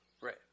Right